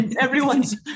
Everyone's